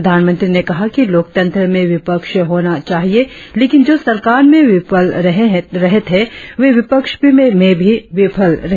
प्रधानमंत्री ने कहा कि लोकतंत्र में विपक्ष होना चाहिए लेकिन जो सरकार में विफल रहे थे वे विपक्ष में भी विफल हैं